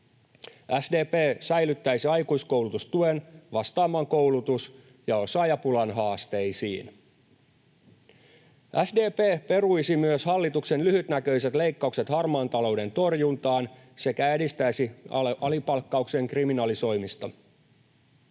SDP säilyttäisi aikuiskoulutustuen vastaamaan koulutus- ja osaajapulan haasteisiin. SDP peruisi myös hallituksen lyhytnäköiset leikkaukset harmaan talouden torjuntaan sekä edistäisi alipalkkauksen kriminalisoimista.